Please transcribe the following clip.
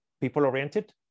people-oriented